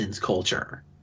culture